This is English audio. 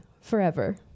forever